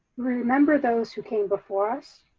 remember those who came before us,